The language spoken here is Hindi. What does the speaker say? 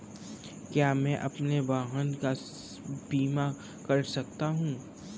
क्या मैं अपने वाहन का बीमा कर सकता हूँ?